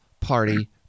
Party